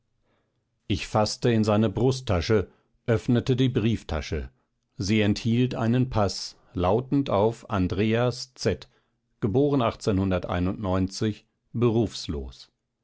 ich faßte in seine brusttasche öffnete die brieftasche sie enthielt einen paß lautend auf andreas z geboren